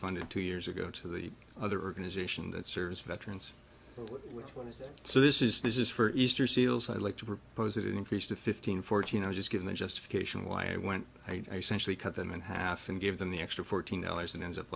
funded two years ago to the other organisation that serves veterans so this is this is for easter seals i'd like to propose it increase to fifteen fourteen i'll just give the justification why it went i simply cut them in half and give them the extra fourteen dollars and ends up